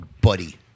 buddy